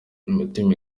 imitima